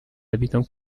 habitants